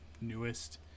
newest